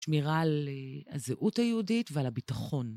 שמירה על הזהות היהודית ועל הביטחון.